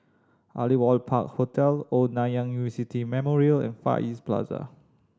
Aliwal Park Hotel Old Nanyang University Memorial and Far East Plaza